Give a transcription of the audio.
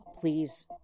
please